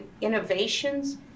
innovations